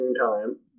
time